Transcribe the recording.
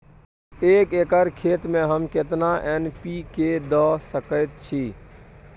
एक एकर खेत में हम केतना एन.पी.के द सकेत छी?